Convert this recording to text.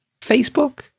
Facebook